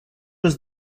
was